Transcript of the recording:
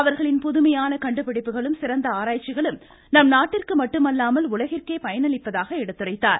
அவர்களின் புதுமையான கண்டுபிடிப்புகளும் சிறந்த ஆராய்ச்சிகளும் நம் நாட்டிற்கு மட்டுமல்லாமல் உலகிற்கே பயனளிப்பதாக எடுத்துரைத்தார்